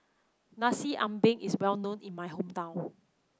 Nasi Ambeng is well known in my hometown